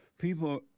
People